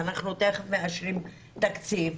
אנחנו תכף מאשרים תקציב.